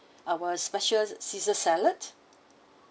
our special caesar salad